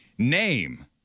Name